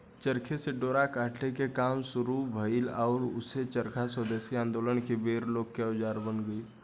चरखे से डोरा काटे के काम शुरू भईल आउर ऊहे चरखा स्वेदेशी आन्दोलन के बेर लोग के औजार बन गईल